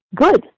Good